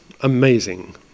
Amazing